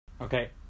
Okay